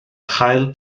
chael